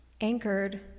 anchored